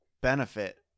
benefit